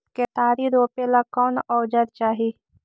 केतारी रोपेला कौन औजर चाही?